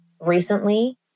recently